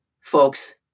folks